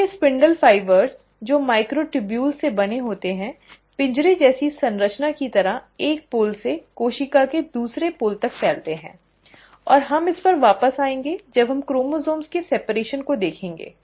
तो ये spindle fibre जो माइक्रोट्यूबुल्स से बने होते हैं पिंजरे जैसी संरचना की तरह एक ध्रुव से कोशिका के दूसरे ध्रुव तक फैलते हैं और हम इस पर वापस आएंगे जब हम क्रोमोसोम्स के अलगाव को देखेंगे